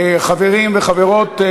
חברים וחברות,